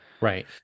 Right